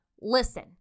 listen